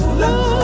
love